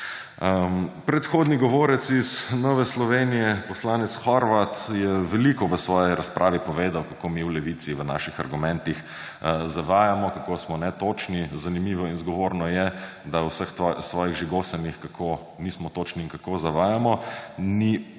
Predhodni govorec iz Nove Slovenije, poslanec Horvat, je veliko v svoji razpravi povedal, kako mi v Levici v naših argumentih zavajamo, kako smo netočni. Zanimivo in zgovorno je, da v vseh svojih ožigosanjih, kako nismo točni in kako zavajamo,